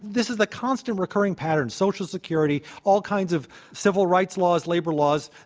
this is a constant recurring pattern, social security, all kinds of civil rights laws, labor laws.